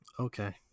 Okay